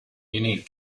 unique